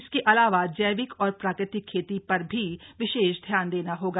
सके अलावा जव्निक और प्राकृतिक खेती पर भी विशेष ध्यान देना होगा